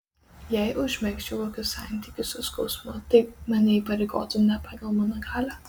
jei užmegzčiau kokius santykius su skausmu tai mane įpareigotų ne pagal mano galią